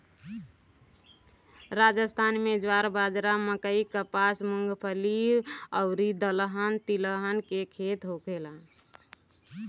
राजस्थान में ज्वार, बाजारा, मकई, कपास, मूंगफली अउरी दलहन तिलहन के खेती होखेला